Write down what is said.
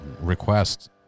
requests